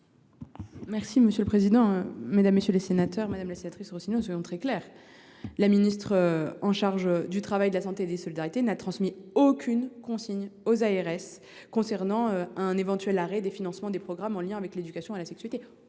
parole est à Mme la ministre déléguée. Madame la sénatrice Rossignol, soyons très clairs : la ministre chargée du travail, de la santé et des solidarités n’a transmis aucune consigne aux ARS concernant un éventuel arrêt des financements des programmes en lien avec l’éducation à la sexualité,